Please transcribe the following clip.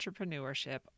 entrepreneurship